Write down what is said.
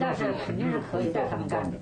תוך איזה שהוא מצג שווא שהם מגיעים לפה למדינה,